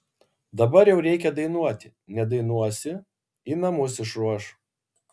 dabar jau reikia dainuoti nedainuosi į namus išruoš